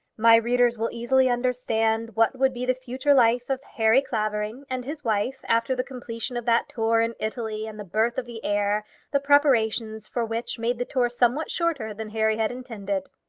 my readers will easily understand what would be the future life of harry clavering and his wife after the completion of that tour in italy, and the birth of the heir the preparations for which made the tour somewhat shorter than harry had intended.